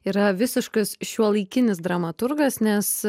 yra visiškas šiuolaikinis dramaturgas nes